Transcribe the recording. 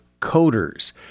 coders